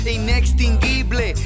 inextinguible